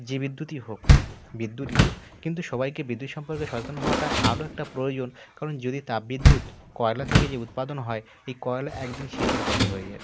যে বিদ্যুতই হোক বিদ্যুতই তো কিন্তু সবাইকে বিদ্যুৎ সম্পকে সচেতন হওয়াটা আরো একটা প্রয়োজন কারণ যদি তাপবিদ্যুৎ কয়লা থেকে যে উৎপাদন হয় এই কয়লা একদিন শেষের পথে হয়ে যাবে